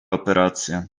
operácia